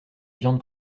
viande